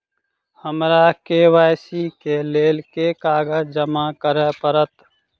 हमरा के.वाई.सी केँ लेल केँ कागज जमा करऽ पड़त?